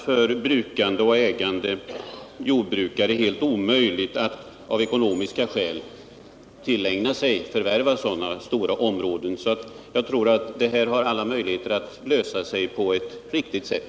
För brukande och ägande jordbrukare är det oftast av ekonomiska skäl helt omöjligt att förvärva sådana stora områden som Sven Lindberg talar om. Jag tror att det finns alla möjligheter att lösa detta problem på ett riktigt sätt.